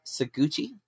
Saguchi